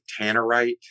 Tannerite